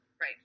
Right